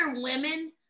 women